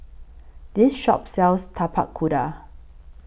This Shop sells Tapak Kuda